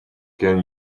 can